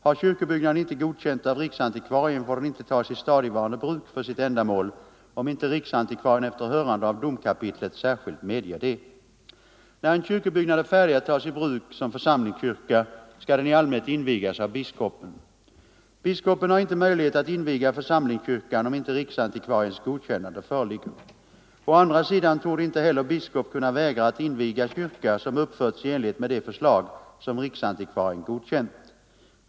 Har kyrkobyggnad inte godkänts av riksantikvarien får den av församlingskyrinte tas i stadigvarande bruk för sitt ändamål, om inte riksantikvarien = kor efter hörande av domkapitlet särskilt medger det. När en kyrkobyggnad är färdig att tas i bruk som församlingskyrka skall den i allmänhet invigas av biskopen. Biskopen har inte möjlighet att inviga församlingskyrkan, om inte riksantikvariens godkännande föreligger. Å andra sidan torde inte heller biskop kunna vägra att inviga kyrka som uppförts i enlighet med det förslag som riksantikvarien godkänt.